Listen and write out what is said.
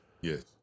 yes